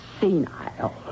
senile